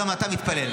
גם אתה מתפלל,